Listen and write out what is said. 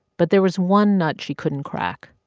but there was one nut she couldn't crack,